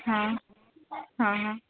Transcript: हां हां हां